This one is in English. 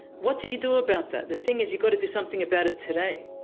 what do you do about that? the thing is you've got to do something about it today.